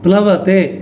प्लवते